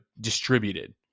distributed